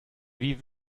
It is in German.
wie